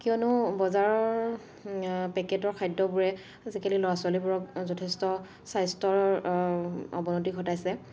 কিয়নো বজাৰৰ পেকেটৰ খাদ্যবোৰে আজিকালি ল'ৰা ছোৱালীবোৰক যথেষ্ট স্বাস্থ্যৰ অৱনতি ঘটাইছে